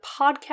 podcast